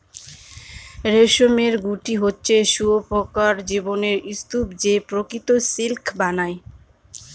রেশমের গুটি হচ্ছে শুঁয়োপকার জীবনের স্তুপ যে প্রকৃত সিল্ক বানায়